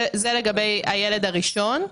זה לגבי הילד הראשון.